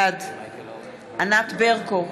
בעד ענת ברקו,